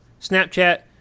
Snapchat